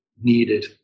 needed